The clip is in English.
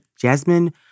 Jasmine